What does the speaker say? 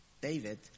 David